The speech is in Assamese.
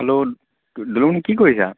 হেল্ল' দুলুমনি কি কৰিছা